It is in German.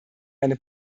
eine